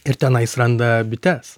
ir tenais randa bites